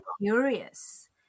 curious